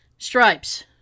Stripes